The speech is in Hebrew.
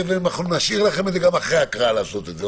נשאיר לכם גם אחרי ההקראה לעשות את זה.